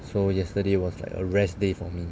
so yesterday was like a rest day for me